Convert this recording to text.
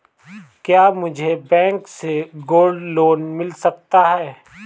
क्या मुझे बैंक से गोल्ड लोंन मिल सकता है?